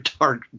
dark